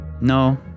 No